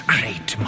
Great